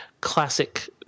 classic